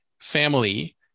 family